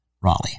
Raleigh